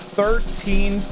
thirteen